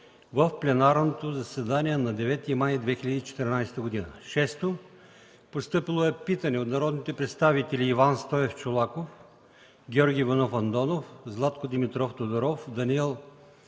в пленарното заседание на 9 май 2014 г. 6. Постъпило е питане от народните представители Иван Стоев Чолаков, Георги Иванов Андонов, Златко Димитров Тодоров, Даниел